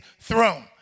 throne